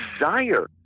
desire